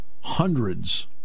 Hundreds